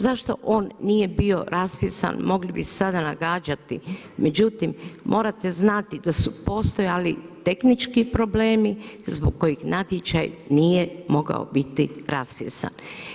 Zašto on nije bio raspisan, mogli bi sada nagađati, međutim morate znati da su postojali tehnički problemi zbog kojeg natječaj nije mogao biti raspisan.